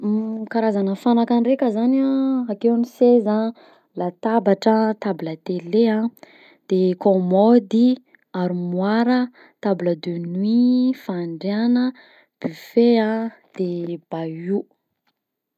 Karazagna fanaka ndraika zany an: akeo ny seza, latabatra an, table tele an, de cômôdy, armoara a, table de nuit, fandriàgna, buffet a, de bahut.